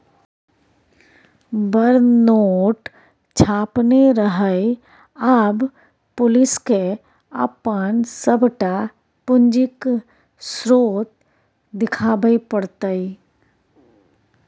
बड़ नोट छापने रहय आब पुलिसकेँ अपन सभटा पूंजीक स्रोत देखाबे पड़तै